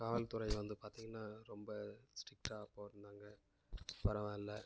காவல்துறை வந்து பார்த்திங்கன்னா ரொம்ப ஸ்ட்ரிக்டாக அப்போது இருந்தாங்க பரவாயில்ல